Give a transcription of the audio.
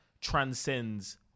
transcends